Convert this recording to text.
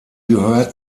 gehört